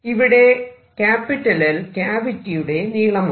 ഇവിടെ L ക്യാവിറ്റിയുടെ നീളമാണ്